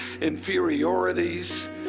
inferiorities